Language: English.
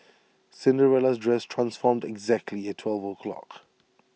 Cinderella's dress transformed exactly at twelve o'clock